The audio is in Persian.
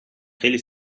خیلی